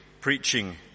preaching